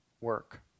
work